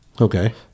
okay